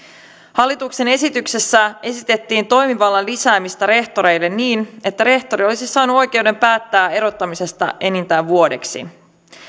hallituksen esityksessä esitettiin toimivallan lisäämistä rehtoreille niin että rehtori olisi saanut oikeuden päättää erottamisesta enintään vuodeksi